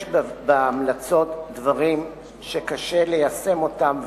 יש בהמלצות דברים שקשה ליישם אותם,